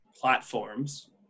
platforms